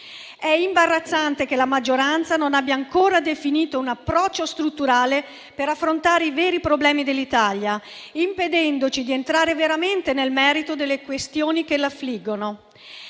È imbarazzante che la maggioranza non abbia ancora definito un approccio strutturale per affrontare i veri problemi dell'Italia, impedendoci di entrare veramente nel merito delle questioni che la affliggono.